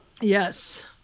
yes